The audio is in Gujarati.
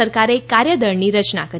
સરકારે કાર્યદળની રચના કરી